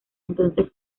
entonces